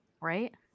Right